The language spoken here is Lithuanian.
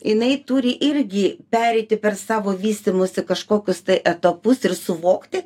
jinai turi irgi pereiti per savo vystymosi kažkokius tai etapus ir suvokti